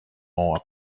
more